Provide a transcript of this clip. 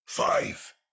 Five